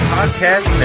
Podcast